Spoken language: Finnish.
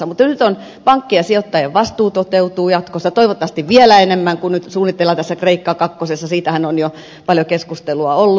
mutta nyt pankkien ja sijoittajien vastuu toteutuu jatkossa toivottavasti vielä enemmän kuin nyt suunnitellaan tässä kreikka kakkosessa siitähän on jo paljon keskustelua ollut